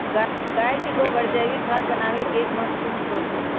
गाय के गोबर जैविक खाद बनावे के एक महत्वपूर्ण स्रोत हई